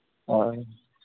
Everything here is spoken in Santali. ᱦᱳᱭ